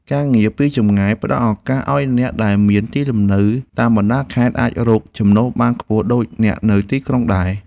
ការងារពីចម្ងាយផ្តល់ឱកាសឱ្យអ្នកដែលមានទីលំនៅតាមបណ្តាខេត្តអាចរកចំណូលបានខ្ពស់ដូចអ្នកនៅទីក្រុងដែរ។